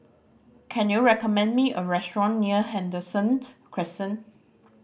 can you recommend me a restaurant near Henderson Crescent